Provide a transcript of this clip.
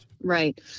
Right